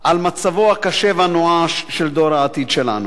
על מצבו הקשה והנואש של דור העתיד שלנו.